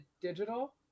digital